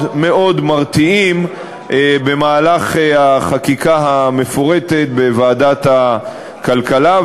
מאוד מרתיעים במהלך החקיקה המפורטת בוועדת הכלכלה.